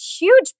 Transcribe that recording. huge